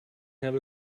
have